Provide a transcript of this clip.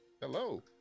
Hello